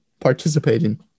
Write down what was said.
participating